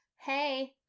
Hey